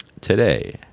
today